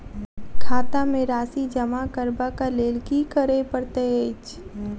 खाता मे राशि जमा करबाक लेल की करै पड़तै अछि?